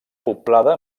poblada